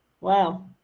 wow